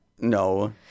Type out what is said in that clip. no